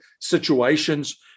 situations